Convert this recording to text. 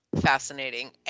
Fascinating